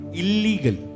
illegal